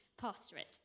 Pastorate